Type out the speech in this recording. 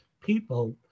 people